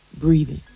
breathing